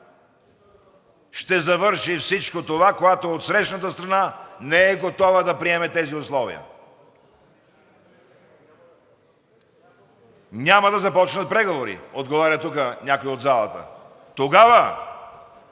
ще завърши всичко това, когато отсрещната страна не е готова да приеме тези условия? (Реплики.) Няма да започнат преговори, отговаря тук някой от залата. Тогава